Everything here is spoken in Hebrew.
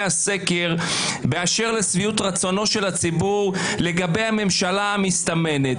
הסקר באשר לשביעות רצונו של הציבור לגבי הממשלה המסתמנת.